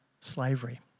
slavery